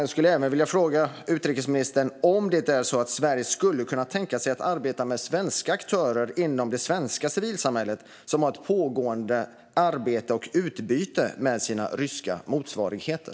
Jag skulle även vilja fråga utrikesministern om Sverige skulle kunna tänka sig att arbeta med svenska aktörer inom det svenska civilsamhället som har ett pågående arbete och utbyte med sina ryska motsvarigheter.